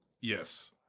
Yes